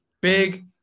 big